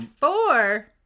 four